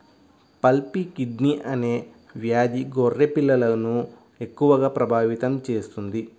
pulpy kidney అనే వ్యాధి గొర్రె పిల్లలను ఎక్కువగా ప్రభావితం చేస్తుంది